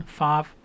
five